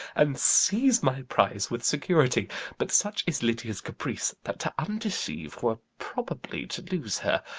and seize my prize with security but such is lydia's caprice, that to undeceive were probably to lose her.